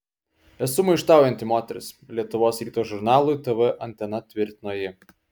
esu maištaujanti moteris lietuvos ryto žurnalui tv antena tvirtino ji